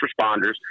responders